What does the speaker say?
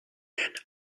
aérienne